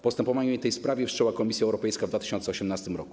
Postępowanie w tej sprawie wszczęła Komisja Europejska w 2018 r.